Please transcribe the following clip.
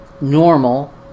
normal